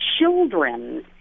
children